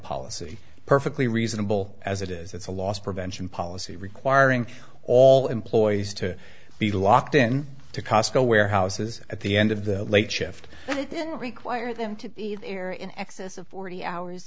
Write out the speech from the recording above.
policy perfectly reasonable as it is it's a loss prevention policy requiring all employees to be locked in to cosco warehouses at the end of the late shift then require them to be there in excess of forty hours